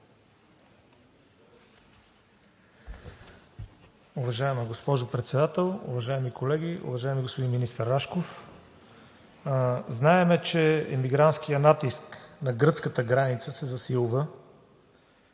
Уважаема госпожо Председател, уважаеми колеги! Уважаеми министър Рашков, знаем, че мигрантският натиск на гръцката граница се засилва.